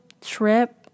Trip